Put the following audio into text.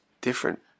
different